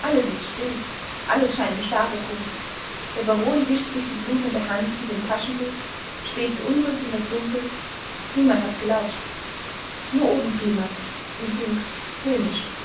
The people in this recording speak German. alles ist still alles scheint in schlaf ertrunken der baron wischt sich die blutende hand mit dem taschentuch späht beunruhigt in das dunkel niemand hat gelauscht nur oben flimmert ihm dünkt höhnisch